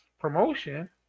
promotion